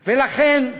ולכן,